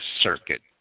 circuit